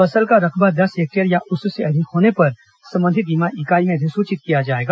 फसल का रकबा दस हेक्टेयर या उससे अधिक होने पर संबंधित बीमा इकाई में अधिसूचित किया जाएगा